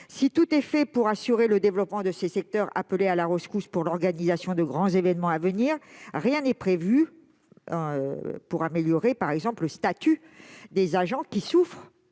Si tout est fait pour assurer le développement de ce secteur, appelé à la rescousse pour l'organisation de grands événements à venir, rien n'est prévu pour améliorer, par exemple, le statut des agents, qui souffrent,